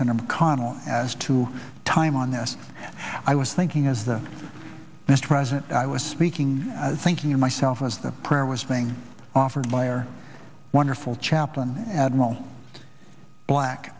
mcconnell as to time on this i was thinking as the best president i was speaking i was thinking of myself as the prayer was being offered by our wonderful chaplain admiral black